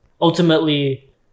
ultimately